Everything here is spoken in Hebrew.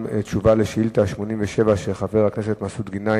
1 2. השירות הניתן לנוסעים